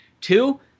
Two